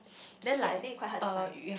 key I think quite hard to find